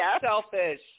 selfish